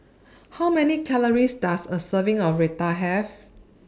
How Many Calories Does A Serving of Raita Have